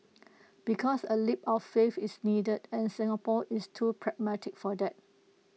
because A leap of faith is needed and Singapore is too pragmatic for that